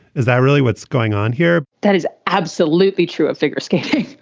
is that really what's going on here? that is absolutely true of figure skating.